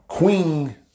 Queen